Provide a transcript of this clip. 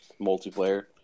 multiplayer